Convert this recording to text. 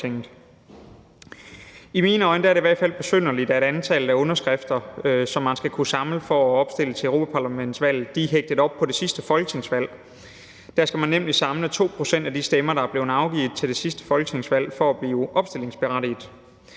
I mine øjne er det i hvert fald besynderligt, at antallet af underskrifter, som man skal kunne samle for at opstille til europaparlamentsvalget, er hægtet op på det sidste folketingsvalg. Der skal man nemlig samle 2 pct. af de stemmer, der er blevet afgivet til det sidste folketingsvalg, for at blive opstillingsberettiget.